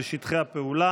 והעברת שטחי הפעולה.